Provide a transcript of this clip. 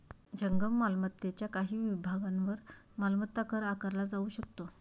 जंगम मालमत्तेच्या काही विभागांवर मालमत्ता कर आकारला जाऊ शकतो